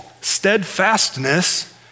steadfastness